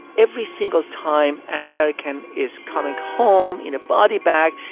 every single time an american is coming home in a body bag,